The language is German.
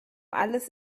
alles